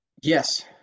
Yes